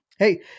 Hey